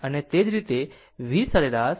અને એ જ રીતે V સરેરાશ એ 0